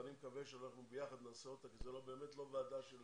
ואני מקווה שביחד נעשה אותה כי זאת באמת לא וועדה של